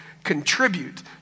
contribute